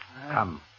Come